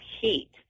heat